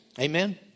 Amen